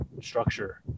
structure